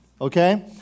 Okay